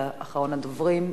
לאחרון הדוברים,